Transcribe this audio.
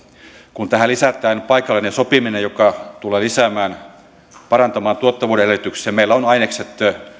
kun tähän lisätään paikallinen sopiminen joka tulee lisäämään parantamaan tuottavuuden edellytyksiä meillä on ainekset